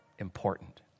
important